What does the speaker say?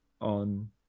on